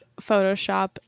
Photoshop